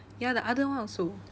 ya the other one also